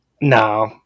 no